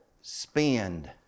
spend